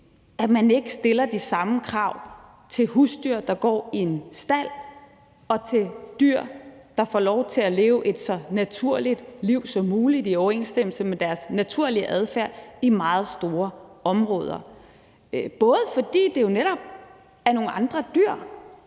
at man ikke stiller de samme krav til husdyr, der går i en stald, og til dyr, der får lov til at leve et så naturligt liv som muligt i overensstemmelse med deres naturlige adfærd i meget store områder, for det er jo netop nogle andre dyr.